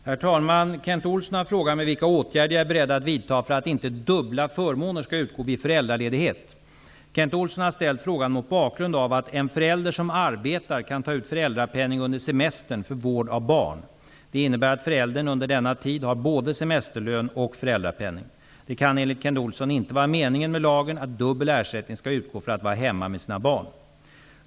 Herr talman! Kent Olsson har frågat mig vilka åtgärder jag är beredd att vidta för att inte ''dubbla'' Kent Olsson har ställt frågan mot bakgrund av att en förälder som arbetar kan ta ut föräldrapenning under semestern för vård av barn. Detta innebär att föräldern under denna tid har både semesterlön och föräldrapenning. Det kan enligt Kent Olsson inte vara meningen med lagen att dubbel ersättning skall utgå för att vara hemma med sina barn.